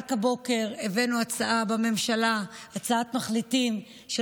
רק הבוקר הבאנו בממשלה הצעת מחליטים של